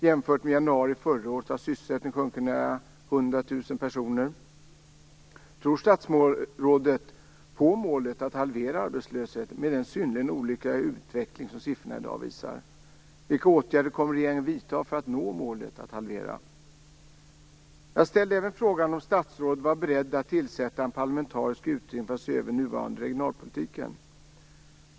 Jämfört med januari förra året har sysselsättningen sjunkit med nära 100 000 personer. Jag ställde även frågan om statsrådet var beredd att tillsätta en parlamentarisk utredning för att se över den nuvarande regionalpolitiken.